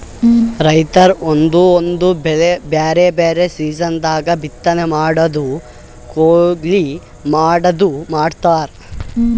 ರೈತರ್ ಒಂದೊಂದ್ ಬೆಳಿ ಬ್ಯಾರೆ ಬ್ಯಾರೆ ಸೀಸನ್ ದಾಗ್ ಬಿತ್ತನೆ ಮಾಡದು ಕೊಯ್ಲಿ ಮಾಡದು ಮಾಡ್ತಾರ್